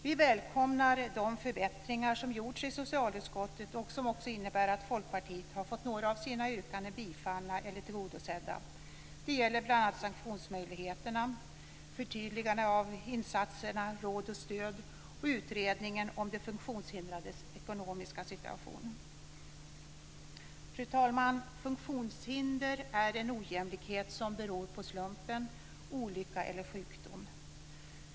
Vi välkomnar de förbättringar som gjorts av socialutskottet och som också innebär att Folkpartiet har fått några av sina yrkanden tillstyrkta eller tillgodosedda. Det gäller bl.a. sanktionsmöjligheterna, förtydligande av insatserna råd och stöd och utredningen om de funktionshindrades ekonomiska situation. Fru talman! Funktionshinder är en ojämlikhet som beror på slumpen, olycka eller sjukdom.